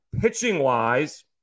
Pitching-wise